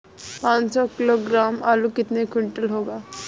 पाँच सौ किलोग्राम आलू कितने क्विंटल होगा?